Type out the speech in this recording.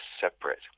separate